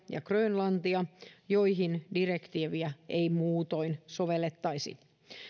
ja grönlantia joihin direktiiviä ei muutoin sovellettaisi